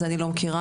אז אני לא מכירה,